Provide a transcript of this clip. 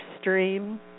stream